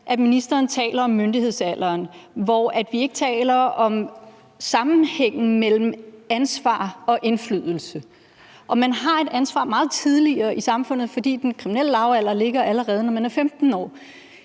ministeren taler om myndighedsalderen, men hvor vi ikke taler om sammenhængen mellem ansvar og indflydelse. Og man har et ansvar meget tidligere i samfundet, for den kriminelle lavalder indtræder, allerede når man er 15 år.